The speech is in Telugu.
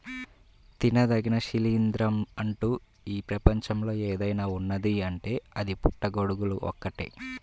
తినదగిన శిలీంద్రం అంటూ ఈ ప్రపంచంలో ఏదైనా ఉన్నదీ అంటే అది పుట్టగొడుగులు ఒక్కటే